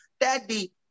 Daddy